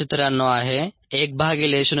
693 आहे 1 भागिले 0